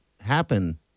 happen